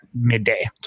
midday